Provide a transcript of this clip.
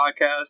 podcast